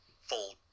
full